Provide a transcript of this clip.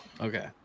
Okay